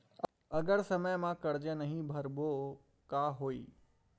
अगर समय मा कर्जा नहीं भरबों का होई?